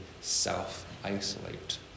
self-isolate